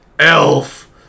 Elf